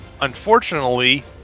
Unfortunately